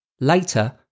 Later